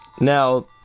Now